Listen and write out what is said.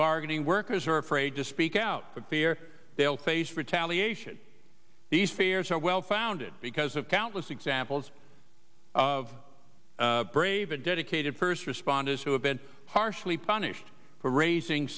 bargaining workers are afraid to speak out with fear they'll face retaliation these fears are well founded because of countless examples of brave and dedicated first responders who have been harshly punished for raising